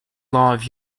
live